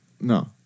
No